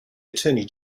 attorney